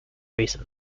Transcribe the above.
recent